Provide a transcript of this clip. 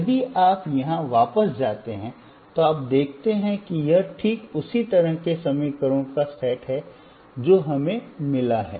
यदि आप यहां वापस जाते हैं तो आप देखते हैं कि यह ठीक उसी तरह के समीकरणों का सेट है जो हमें मिला है